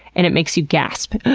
and it makes you gasp.